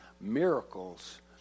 miracles